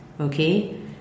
okay